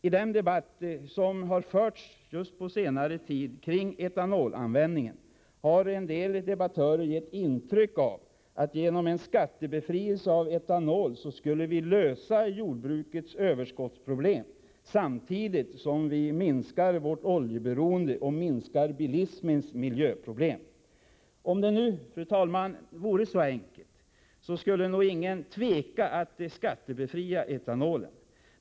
I den debatt som har förts på senare tid kring etanolanvändningen har en del debattörer gett intryck av att vi genom en skattebefrielse av etanol skulle lösa jordbrukets överskottsproblem samtidigt som vi minskar vårt oljeberoende och minskar bilismens miljöproblem. Fru talman! Om det nu vore så enkelt skulle nog ingen tveka om att skattebefria etanolen.